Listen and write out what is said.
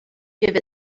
give